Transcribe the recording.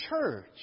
church